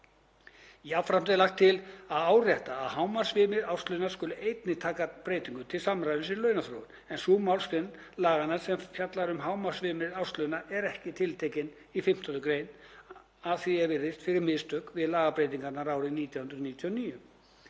Jafnframt er lagt til að árétta að hámarksviðmið árslauna skuli einnig taka breytingum til samræmis við launaþróun, en sú málsgrein laganna sem fjallar um hámarksviðmið árslauna er ekki tiltekin í 15. gr. að því er virðist fyrir mistök við lagabreytingar árið 1999.